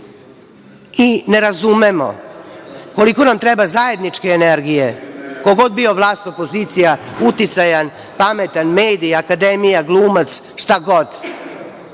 i ne razumemo koliko nam treba zajedničke energije, ko god bio vlast, opozicija, uticajan, pametan, mediji, akademija, glumac, šta god,